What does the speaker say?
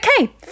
Okay